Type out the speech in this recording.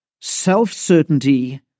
Self-certainty